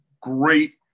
great